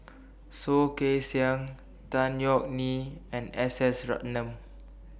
Soh Kay Siang Tan Yeok Nee and S S Ratnam